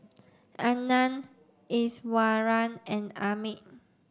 Anand Iswaran and Amit